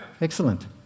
Excellent